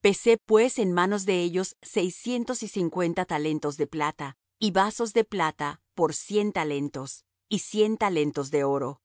pesé pues en manos de ellos seiscientos y cincuenta talentos de plata y vasos de plata por cien talentos y cien talentos de oro